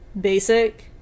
basic